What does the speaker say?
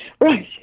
Right